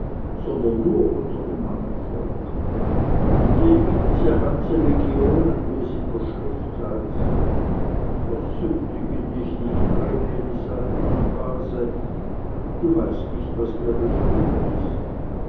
sondern nur unter dem mannenvolk unter dem gibt es ja ganze legionen wie es in der schrift heißt versündige dich nicht vreneli sagte die base du weißt nicht was dir bestimmt ist